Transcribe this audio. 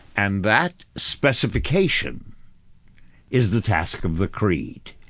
and that specification is the task of the creed,